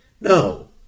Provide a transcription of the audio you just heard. No